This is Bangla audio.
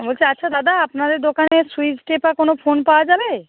বলছি আচ্ছা দাদা আপনাদের দোকানে সুইচ টেপা কোনো ফোন পাওয়া যাবে